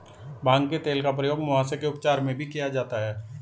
भांग के तेल का प्रयोग मुहासे के उपचार में भी किया जाता है